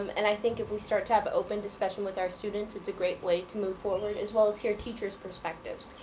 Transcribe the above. um and i think if we start to have but open discussion with our students it's a great way to move forward as well as hear teachers' perspectives.